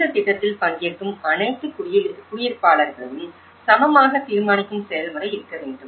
இந்த திட்டத்தில் பங்கேற்கும் அனைத்து குடியிருப்பாளர்களையும் சமமாக தீர்மானிக்கும் செயல்முறை இருக்க வேண்டும்